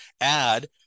add